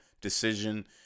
decision